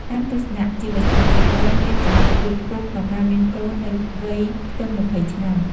តាមទស្សនៈជីវសាស្ត្រ ស្ត្រីមានសមត្ថភាពខ្ពស់ក្នុងការមានកូននៅវ័យខ្ទង់ ២០ ឆ្នាំ ។